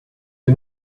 you